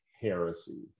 heresy